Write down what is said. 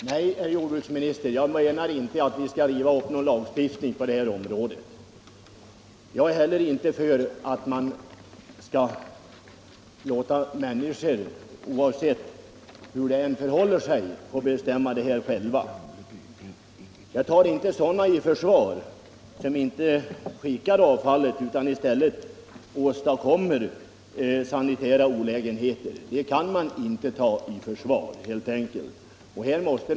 Herr talman! Nej, herr jordbruksminister, jag menar inte att vi skall riva upp någon lagstiftning på detta område. Jag är heller inte för att man skall låta människor, oavsett hur de bär sig åt, få bestämma detta själva. Sådana människor som inte skickar avfallet utan i stället åstadkommer sanitära olägenheter kan man helt enkelt inte ta i försvar.